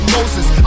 Moses